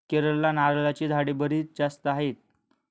केरळला नारळाची झाडे बरीच जास्त आहेत